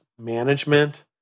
management